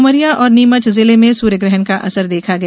उमरिया और नीमच जिले में सूर्यग्रहण का असर देखा गया